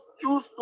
choose